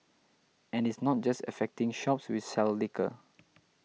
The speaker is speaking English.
and it's not just affecting shops which sell liquor